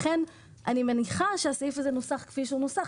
לכן אני מניחה שהסעיף הזה נוסח כפי שנוסח.